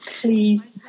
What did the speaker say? Please